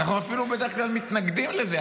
אנחנו אפילו בדרך כלל מתנגדים לזה,